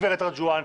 גברת רג'ואן,